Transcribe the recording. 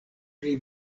pri